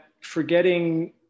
forgetting